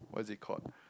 what is it called